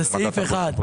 זה סעיף אחד.